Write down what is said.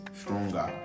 stronger